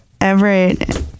everett